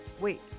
Wait